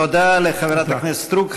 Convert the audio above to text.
תודה לחברת הכנסת סטרוק.